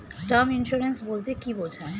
Term insurance বলতে কী বোঝায়?